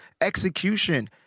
execution